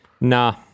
Nah